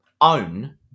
own